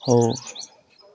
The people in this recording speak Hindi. हो